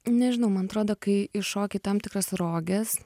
nežinau man atrodo kai įšoki į tam tikras roges